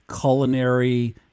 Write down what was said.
culinary